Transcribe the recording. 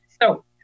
So-